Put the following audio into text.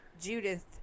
Judith